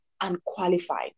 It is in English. unqualified